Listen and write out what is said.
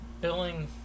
billing